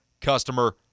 customer